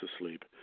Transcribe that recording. asleep